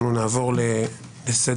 אנחנו נעבור לסדר-היום.